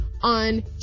on